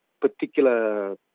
particular